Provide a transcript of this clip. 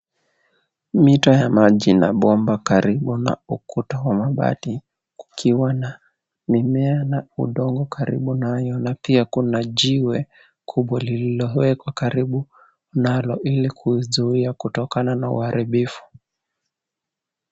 Mito ya maji na bomba karibu na ukuta wa mabati kukiwa na mimea na udongo karibu nayo na pia kuna jiwe kubwa lililowekwa karibu nalo ili kuzuia kutokana na uharibifu.